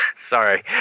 Sorry